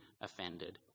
offended